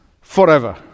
forever